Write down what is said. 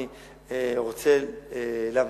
אני רוצה להמתין,